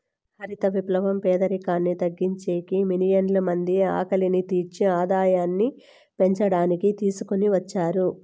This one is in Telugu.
హరిత విప్లవం పేదరికాన్ని తగ్గించేకి, మిలియన్ల మంది ఆకలిని తీర్చి ఆదాయాన్ని పెంచడానికి తీసుకొని వచ్చారు